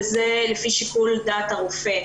שזה לפי שיקול דעת רופא.